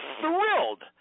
thrilled